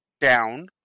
down